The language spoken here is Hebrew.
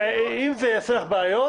אם זה יעשה לך בעיות,